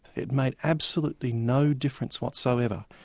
it made absolutely no difference whatsoever.